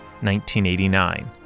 1989